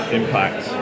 impact